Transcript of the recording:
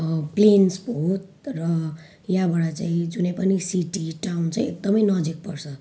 plains हो र यहाँबाट चाहिँ जुनै पनि सिटी टाउन चाहिँ एकदमै नजिक पर्छ